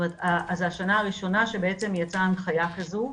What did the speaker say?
זו השנה הראשונה שבעצם יצאה הנחיה כזו.